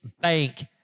bank